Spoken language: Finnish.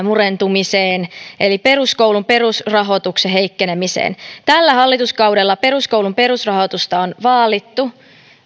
murentumiseen eli peruskoulun perusrahoituksen heikkenemiseen tällä hallituskaudella peruskoulun perusrahoitusta on vaalittu